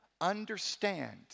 understand